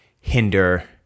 hinder